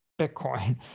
Bitcoin